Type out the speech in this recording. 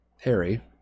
Harry